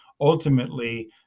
ultimately